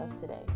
today